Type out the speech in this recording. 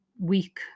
week